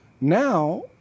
now